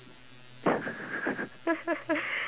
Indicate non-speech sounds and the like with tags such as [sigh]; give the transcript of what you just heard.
[laughs]